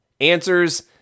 answers